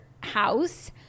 house